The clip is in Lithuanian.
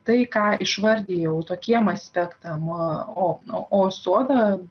tai ką išvardijau tokiem aspektam o soda